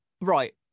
right